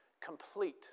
complete